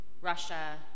Russia